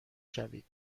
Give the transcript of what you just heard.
شوید